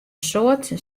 soad